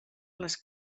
les